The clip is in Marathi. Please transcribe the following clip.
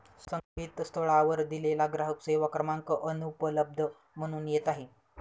संकेतस्थळावर दिलेला ग्राहक सेवा क्रमांक अनुपलब्ध म्हणून येत आहे